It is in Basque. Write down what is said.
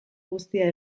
guztia